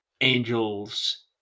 angels